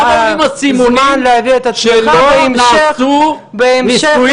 כמה עולים הסימונים שלא נעשו ניסויים